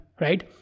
right